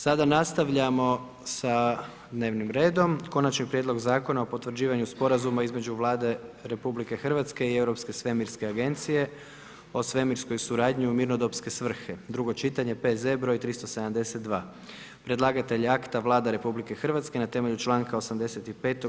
Sada nastavljamo sa dnevnim redom: - Konačni prijedlog Zakona o potvrđivanju Sporazuma između Vlade Republike Hrvatske i Europske svemirske agencije o svemirskoj suradnji u mirnodopske svrhe, drugo čitanje, P.Z. br. 372; Predlagatelj akta je Vlada RH na temelju članka 85.